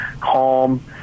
calm